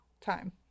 time